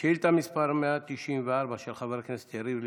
שאילתה מס' 194, של חבר הכנסת יריב לוין,